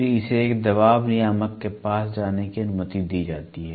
फिर इसे एक दबाव नियामक के पास जाने की अनुमति दी जाती है